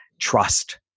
trust